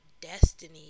destiny